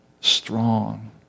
strong